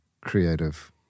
creative